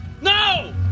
No